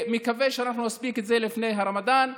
אני מקווה שאנחנו נספיק את זה לפני הרמדאן,